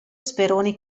speroni